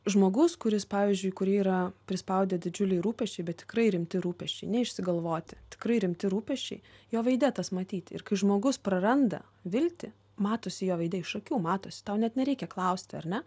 žmogus kuris pavyzdžiui kurį yra prispaudę didžiuliai rūpesčiai bet tikrai rimti rūpesčiai neišsigalvoti tikrai rimti rūpesčiai jo veide tas matyti ir kai žmogus praranda viltį matosi jo veide iš akių matosi tau net nereikia klausti ar ne